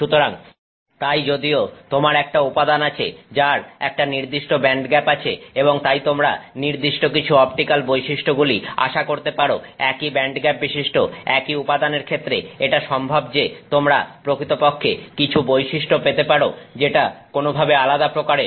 সুতরাং তাই যদিও তোমার একটা উপাদান আছে যার একটা নির্দিষ্ট ব্যান্ডগ্যাপ আছে এবং তাই তোমরা নির্দিষ্ট কিছু অপটিক্যাল বৈশিষ্ট্যগুলি আশা করতে পারো একই ব্যান্ডগ্যাপ বিশিষ্ট একই উপাদানের ক্ষেত্রে এটা সম্ভব যে তোমরা প্রকৃতপক্ষে কিছু বৈশিষ্ট্য পেতে পারো যেটা কোনভাবে আলাদা প্রকারের